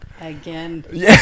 again